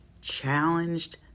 challenged